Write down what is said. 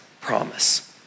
promise